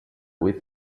with